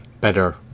better